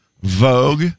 Vogue